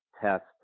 test